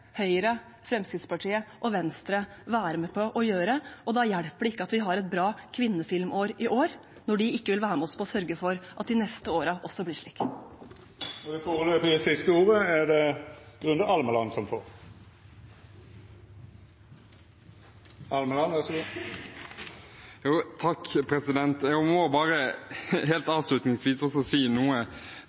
Høyre, Fremskrittspartiet og Venstre være med på å gjøre. Det hjelper ikke at vi har et bra kvinnefilm-år i år, når de ikke vil være med oss på å sørge for at de neste årene også blir slik. Det siste ordet er det Grunde Almeland som får. Representanten Grunde Almeland har hatt ordet to gonger tidlegare og får ordet til ein kort merknad, avgrensa til 1 minutt. Jeg må helt avslutningsvis si noe